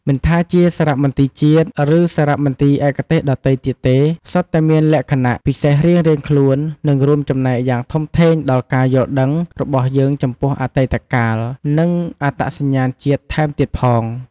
មិនថាជាសារមន្ទីរជាតិ ឬសារមន្ទីរឯកទេសដទៃទៀតទេ សុទ្ធតែមានលក្ខណៈពិសេសរៀងៗខ្លួន និងរួមចំណែកយ៉ាងធំធេងដល់ការយល់ដឹងរបស់យើងចំពោះអតីតកាល និងអត្តសញ្ញាណជាតិថែមទៀតផង។